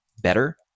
better